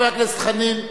חבר הכנסת חנין,